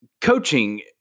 coaching